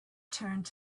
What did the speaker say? turned